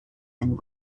and